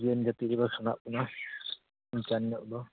ᱡᱤᱭᱚᱱ ᱡᱟᱹᱛᱤ ᱠᱚᱫᱚ ᱠᱷᱟᱸᱰᱟᱜ ᱠᱟᱱᱟ ᱚᱱᱠᱟᱱ ᱧᱚᱜ ᱫᱚ